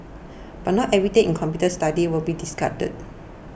but not everything in computer studies will be discarded